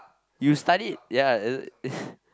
you studied ya as in it's